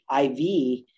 IV